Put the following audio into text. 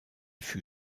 fut